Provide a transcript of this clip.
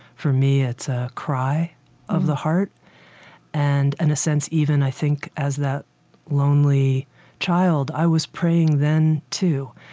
for me it's a cry of the heart and, in and a sense, even, i think, as that lonely child, i was praying then too.